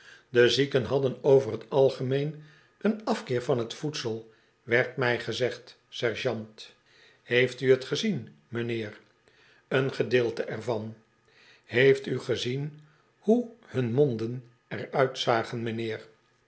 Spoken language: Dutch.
de zieken hadden over t algemeen een afkeer van t voedsel werd mij gezegd sergeant heeft u t gezien m'nheer een gedeelte er van heeft u gezien hoe hun monden er uitzagen